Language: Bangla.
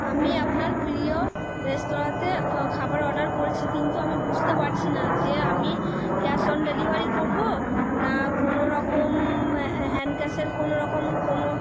আমি আপনার প্রিয় রেস্তোরাঁতে খাবার অর্ডার করেছি কিন্তু আমি বুঝতে পারছি না যে আমি ক্যাশ অন ডেলিভারি করব না কোনোরকম হ্যান্ড ক্যাশের কোনোরকম কোনো